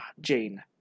Jane